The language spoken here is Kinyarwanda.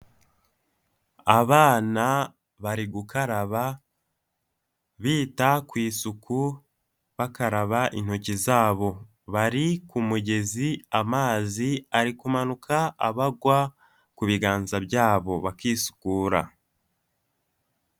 Abana bari gukaraba bita kwisuku bakaraba intoki zabo, bari ku mugezi amazi ari kumanuka abagwa ku biganza byabo bakisukura.